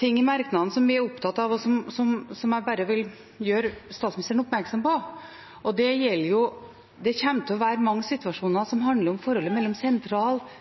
ting i merknadene som vi er opptatt av, og som jeg vil gjøre statsministeren oppmerksom på. Det kommer til å være mange situasjoner som handler om forholdet mellom sentrale